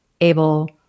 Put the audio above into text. able